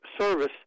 service